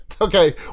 Okay